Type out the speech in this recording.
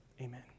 Amen